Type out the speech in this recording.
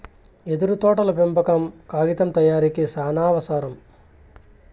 యెదురు తోటల పెంపకం కాగితం తయారీకి సానావసరం